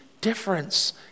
difference